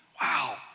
Wow